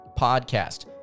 Podcast